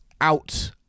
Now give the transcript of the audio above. out